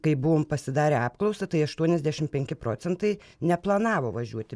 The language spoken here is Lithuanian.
kai buvom pasidarę apklausą tai aštuoniasdešimt penki procentai neplanavo važiuoti